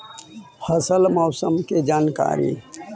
फसल मौसम के जानकारी?